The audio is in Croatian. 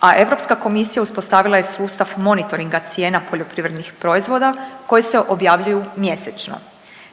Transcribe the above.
a Europska komisija uspostavila je sustav monitoringa cijena poljoprivrednih proizvoda koji se objavljuju mjesečno.